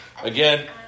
Again